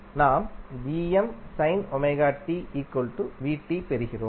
நாம் பெறுகிறோம்